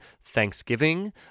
Thanksgiving